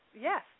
yes